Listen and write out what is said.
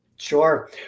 Sure